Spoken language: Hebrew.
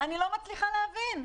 אני לא מצליחה להבין.